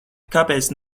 kāpēc